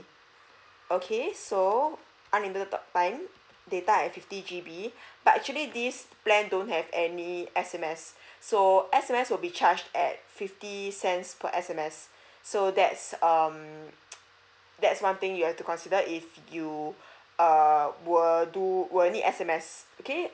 okay so unlimited talk time data at fifty G_B but actually this plan don't have any S_M_S so S_M_S will be charged at fifty cents per S_M_S so that's um that's one thing you have to consider if you err will do will need S_M_S okay